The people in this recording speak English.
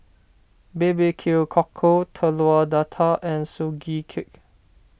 BBQ Cockle Telur Dadah and Sugee Cake